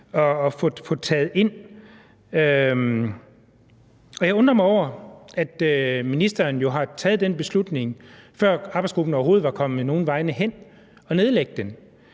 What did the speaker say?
at få taget ind. Jeg undrer mig over, at ministeren jo har taget den beslutning, før arbejdsgruppen overhovedet var kommet nogen vegne, at nedlægge den